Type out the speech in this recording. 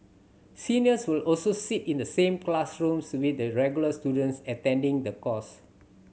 seniors will also sit in the same classrooms with the regular students attending the course